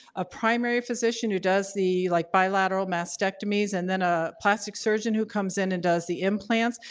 a primary physician who does the, like bilateral mastectomies and then a plastic surgeon who comes in and does the implants.